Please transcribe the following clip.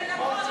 זה נכון.